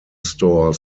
store